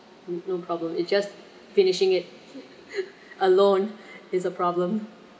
no problem it's just finishing it alone is a problem